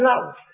love